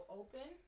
open